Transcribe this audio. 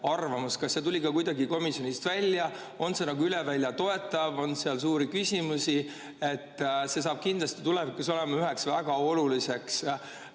arvamus. Kas see tuli ka kuidagi komisjonis välja? On see nagu üle välja toetav? On seal suuri küsimusi? See saab kindlasti tulevikus olema üheks väga oluliseks